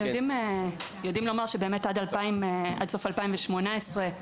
יודעים לומר שעד סוף 2018,